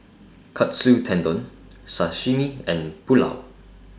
Katsu Tendon Sashimi and Pulao